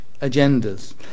agendas